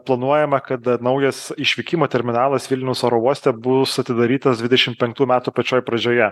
planuojama kad naujas išvykimo terminalas vilniaus oro uoste bus atidarytas dvidešimt penktų metų pačioj pradžioje